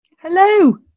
Hello